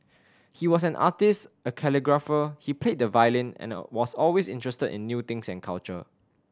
he was an artist a calligrapher he played the violin and was always interested in new things and culture